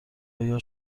ایا